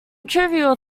trivial